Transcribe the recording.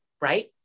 right